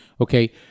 Okay